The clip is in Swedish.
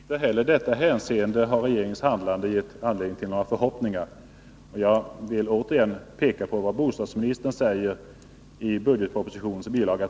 Fru talman! Inte heller i detta avseende har regeringens agerande gett anledning till några förhoppningar. Jag vill återigen peka på vad bostadsministern säger i budgetpropositionen, bil.